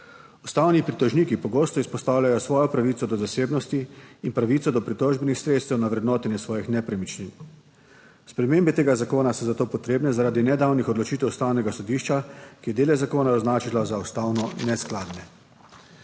Ustavni pritožniki pogosto izpostavljajo svojo pravico do zasebnosti in pravico do pritožbenih sredstev na vrednotenje svojih nepremičnin. Spremembe tega zakona so za to potrebne zaradi nedavnih odločitev ustavnega sodišča, ki je dele zakona je označila za ustavno neskladne.